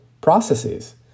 processes